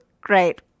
Great